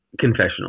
Confessional